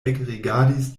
ekrigardis